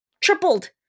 tripled